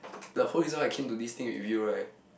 the whole reason why I came to this thing with you right